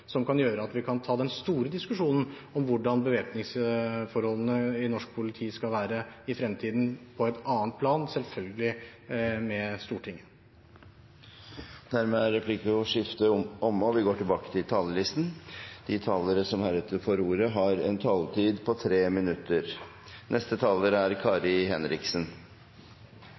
som kan gjøre at vi kan ta den store diskusjonen om hvordan bevæpningsforholdene i norsk politi skal være i fremtiden, på et annet plan, selvfølgelig med Stortinget. Replikkordskiftet er omme. De talere som heretter får ordet, har en taletid på inntil 3 minutter. Regjeringspartiene er overstrømmende begeistret for regjeringens første budsjett – og det er